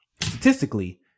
statistically